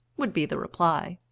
would be the reply.